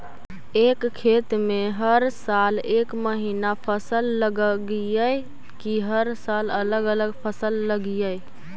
एक खेत में हर साल एक महिना फसल लगगियै कि हर साल अलग अलग फसल लगियै?